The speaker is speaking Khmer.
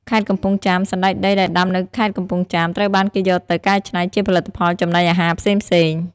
ខេត្តកំពង់ចាម សណ្តែកដីដែលដាំនៅខេត្តកំពង់ចាម ត្រូវបានគេយកទៅកែច្នៃជាផលិតផលចំណីអាហារផ្សេងៗ។